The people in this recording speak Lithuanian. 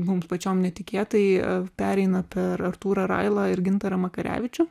mums pačiom netikėtai pereina per artūrą railą ir gintarą makarevičių